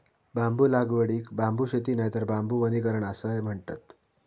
बांबू लागवडीक बांबू शेती नायतर बांबू वनीकरण असाय म्हणतत